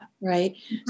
right